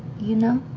you know?